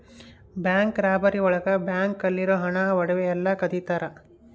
bank robbery ಒಳಗ bank ಅಲ್ಲಿರೋ ಹಣ ಒಡವೆ ಎಲ್ಲ ಕದಿತರ